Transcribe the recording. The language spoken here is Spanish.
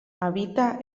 habita